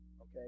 Okay